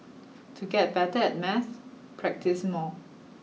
to get better at maths practise more